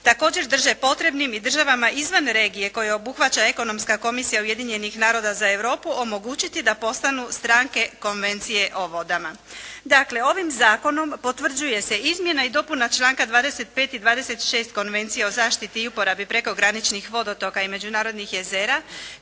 Također drže potrebnim i državama izvan regije koje obuhvaća Ekonomska komisija Ujedinjenih naroda za Europu omogućiti da postanu stranke Konvencije o vodama. Dakle, ovim zakonom potvrđuje se izmjena i dopuna članka 25. i 26. Konvencije o zaštiti i uporabi prekograničnih vodotoka i međunarodnih jezera